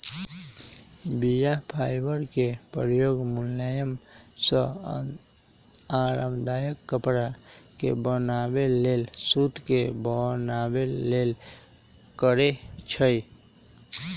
बीया फाइबर के प्रयोग मुलायम आऽ आरामदायक कपरा के बनाबे लेल सुत के बनाबे लेल करै छइ